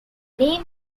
name